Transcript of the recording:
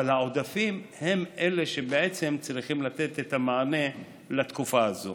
והעודפים הם אלה שבעצם צריכים לתת את המענה לתקופה הזו.